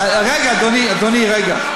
אדוני, רגע.